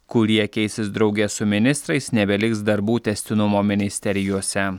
kurie keisis drauge su ministrais nebeliks darbų tęstinumo ministerijose